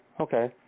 Okay